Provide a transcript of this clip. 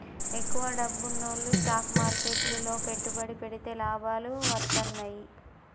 ఎక్కువ డబ్బున్నోల్లు స్టాక్ మార్కెట్లు లో పెట్టుబడి పెడితే లాభాలు వత్తన్నయ్యి